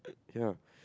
okay lah